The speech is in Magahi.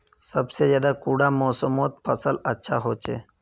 सबसे ज्यादा कुंडा मोसमोत फसल अच्छा होचे?